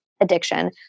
addiction